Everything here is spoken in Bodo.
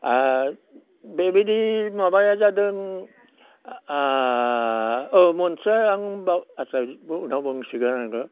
बेबायदि माबाया जादों मोनसे आंबाव आदसा उनाव बुंसिगोन आं दा